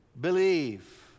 Believe